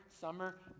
summer